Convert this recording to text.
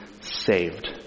saved